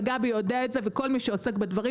וגבי יודע את זה וכל מי שעוסק בדברים,